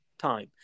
time